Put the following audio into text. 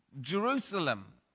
Jerusalem